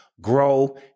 grow